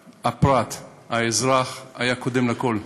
שהפרט, האזרח, היה קודם אצלו לכול.